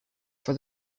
for